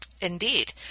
Indeed